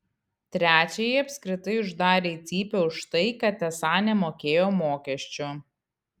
trečiąjį apskritai uždarė į cypę už tai kad esą nemokėjo mokesčių